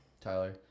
Tyler